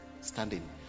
standing